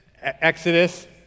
Exodus